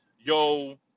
yo